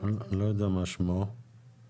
הרבה מעבר למה שיסמין